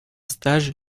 stage